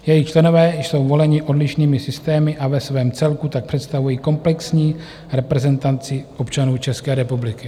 Jejich členové jsou voleni odlišnými systémy a ve svém celku tak představují komplexní reprezentaci občanů České republiky.